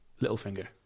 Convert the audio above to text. Littlefinger